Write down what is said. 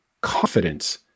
confidence